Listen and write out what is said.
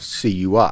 CUI